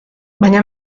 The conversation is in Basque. baina